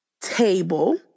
table